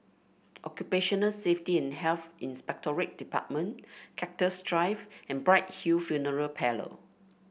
Occupational Safety and Health Inspectorate Department Cactus Drive and Bright Hill Funeral Parlour